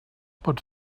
pot